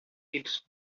its